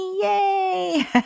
Yay